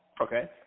Okay